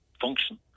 function